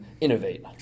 innovate